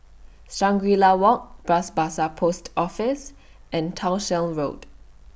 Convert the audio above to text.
Shangri La Walk Bras Basah Post Office and Townshend Road